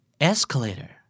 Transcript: Escalator